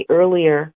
earlier